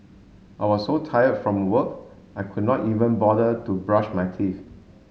I was so tired from work I could not even bother to brush my teeth